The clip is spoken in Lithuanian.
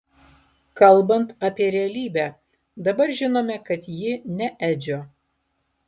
kalbant apie realybę dabar žinome kad ji ne edžio